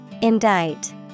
Indict